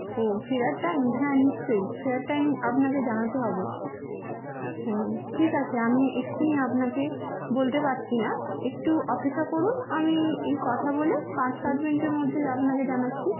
ও ফেরার টাইম হ্যাঁ নিশ্চয়ই ফেরার টাইম আপনাকে জানাতে হবে ও ঠিক আছে আমি এক্ষুনি আপনাকে বলতে পারছি না একটু অপেক্ষা করুন আমি এই কথা বলে পাঁচ সাত মিনিটের মধ্যে আপনাকে জানাচ্ছি